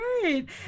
great